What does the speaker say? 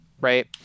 right